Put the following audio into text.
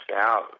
out